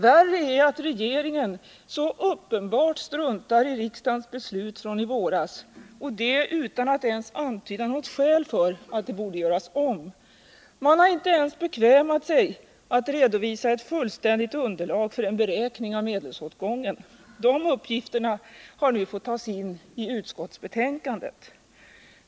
Värre är att regeringen så uppenbart struntar i riksdagens beslut från i våras, och det utan att ens antyda något skäl för att det borde göras om. Man har inte ens bekvämat sig att redovisa ett fullständigt underlag för en beräkning av medelsåtgången. De uppgifterna har nu fått tas in i utskottsbetänkandet.